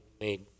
made